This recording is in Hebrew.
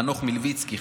חנוך מלביצקי,